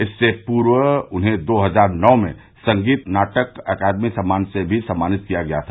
इससे पूर्व उन्हें दो हजार नौ में संगीत नाटक अकादमी सम्मान से भी सम्मानित किया गया था